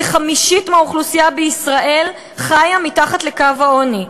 כחמישית מהאוכלוסייה בישראל חיה מתחת לקו העוני,